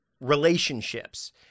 relationships